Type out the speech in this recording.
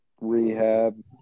rehab